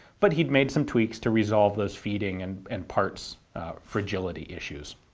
but he'd made some tweaks to resolve those feeding and and parts fragility issues.